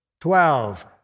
Twelve